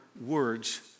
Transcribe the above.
words